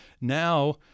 now